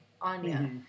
Anya